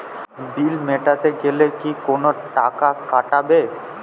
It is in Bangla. বিল মেটাতে গেলে কি কোনো টাকা কাটাবে?